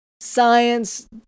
science